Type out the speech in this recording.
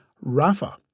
Rafa